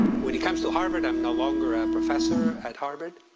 when it comes to harvard, i'm no longer a professor at harvard.